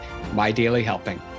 MyDailyHelping